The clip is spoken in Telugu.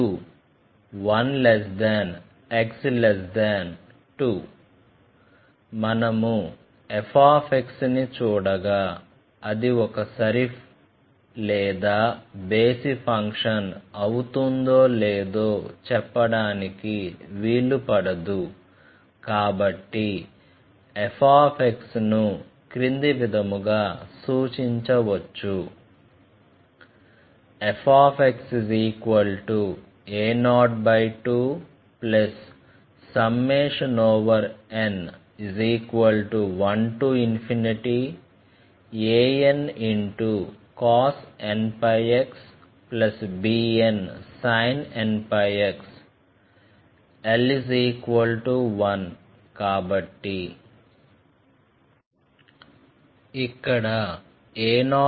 fx1 0x1 2 1x2 మనము fx ని చూడగా అది ఒక సరి లేదా బేసి ఫంక్షన్ అవుతుందో లేదో చెప్పడానికి వీలుపడదు కాబట్టి fx ను క్రింది విధముగా సూచించవచ్చు fxa02n1ancos nπx bnsin nπx l1 కాబట్టి ఇక్కడ a02202fxdx011